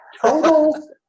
total